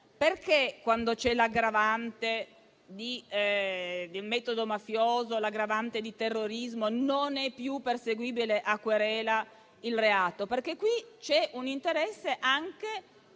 Perché, quando c'è l'aggravante del metodo mafioso e l'aggravante di terrorismo, il reato non è più perseguibile a querela? Perché c'è un interesse anche